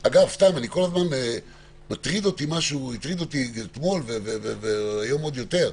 אגב, הטריד אותי אתמול והיום עוד יותר,